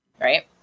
Right